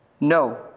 No